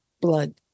blood